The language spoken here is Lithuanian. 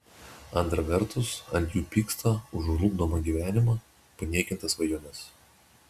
antra vertus ant jų pyksta už žlugdomą gyvenimą paniekintas svajones